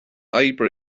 oibre